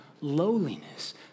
lowliness